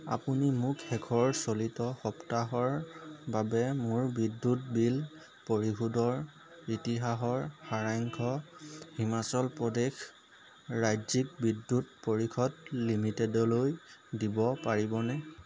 আপুনি মোক শেষৰ চলিত সপ্তাহৰ বাবে মোৰ বিদ্যুৎ বিল পৰিশোধৰ ইতিহাসৰ সাৰাংশ হিমাচল প্ৰদেশ ৰাজ্যিক বিদ্যুৎ পৰিষদ লিমিটেডলৈ দিব পাৰিবনে